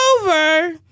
over